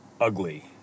ugly